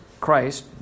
Christ